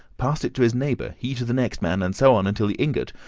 passed it to his neighbour, he to the next man, and so on until the ingot,